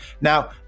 Now